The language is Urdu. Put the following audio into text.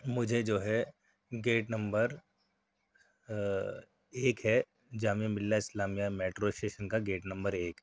مجھے جو ہے گیٹ نمبر ایک ہے جامعہ ملیہ اسلامیہ میٹرو اسٹیشن کا گیٹ نمبر ایک